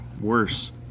worse